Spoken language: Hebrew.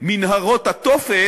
ומנהרות התופת,